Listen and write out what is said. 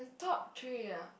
top three ah